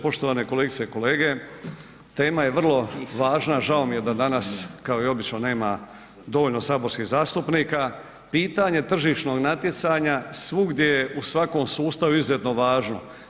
Poštovane kolegice i kolege, tema je vrlo važna, žao mi je da danas kao i obično nema dovoljno saborskih zastupnika, pitanje tržišnog natjecanja svugdje je u svakom sustavu izuzetno važno.